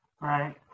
Right